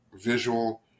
visual